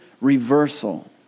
Reversal